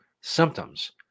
symptoms